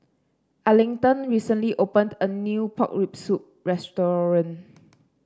Arlington recently opened a new Pork Rib Soup restaurant